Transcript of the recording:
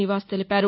నివాస్ తెలిపారు